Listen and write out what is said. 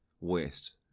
west